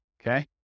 Okay